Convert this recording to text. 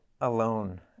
alone